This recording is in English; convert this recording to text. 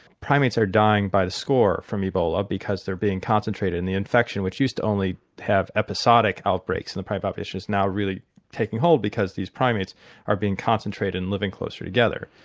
primates are dying by the score from ebola because they're being concentrated, and the infection, which used to only have episodic outbreaks in the primate population is now really taking hold because these primates are being concentrated and living closer together.